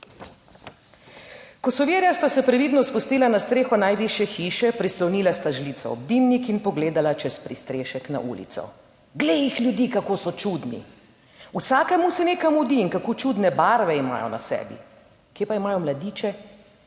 "Kosovirja sta se previdno spustila na streho najvišje hiše, prislonila sta žlico v dimnik in pogledala čez prestrešek na ulico: glej jih, ljudi, kako so čudni! Vsakemu se nekam mudi in kako čudne barve imajo na sebi! Kje pa imajo mladiče?